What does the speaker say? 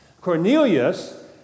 Cornelius